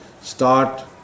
start